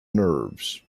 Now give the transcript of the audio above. nerves